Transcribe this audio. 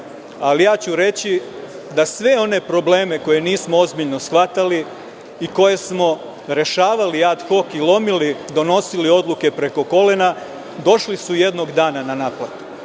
ali ja ću reći da su svi oni problemi koje nismo ozbiljno shvatali i koje smo rešavali ad hok i lomili, donosili odluke preko kolena, došli jednog dana na